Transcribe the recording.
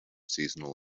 seasonal